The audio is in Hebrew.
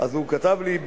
הוא כתב לי,